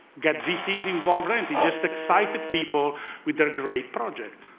get vcs involved or anything, just excite the people with their great project.